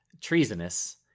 treasonous